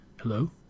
hello